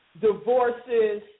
divorces